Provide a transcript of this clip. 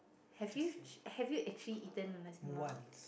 have you have you actually eaten your nasi-lemak